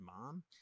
Mom